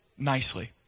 Nicely